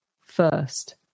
first